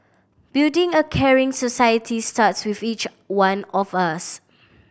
building a caring society starts with each one of us